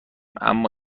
اما